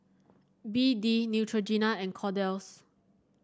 B D Neutrogena and Kordel's